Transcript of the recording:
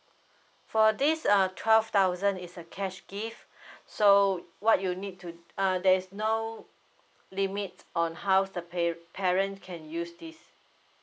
for this uh twelve thousand is a cash gift so what you need to uh there's no limit on how's the pa~ parent can use this